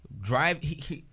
drive